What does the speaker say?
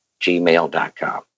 gmail.com